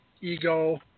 ego